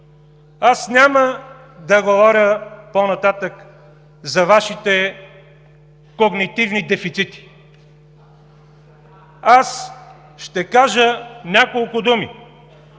Няма да говоря по-нататък за Вашите когнитивни дефицити. Ще кажа няколко думи